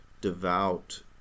devout